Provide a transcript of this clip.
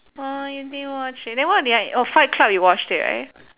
!huh! you didn't watch it then what did I orh fight club you watched it right